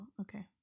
okay